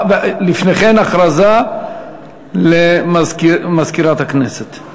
לפני כן, הודעה למזכירת הכנסת.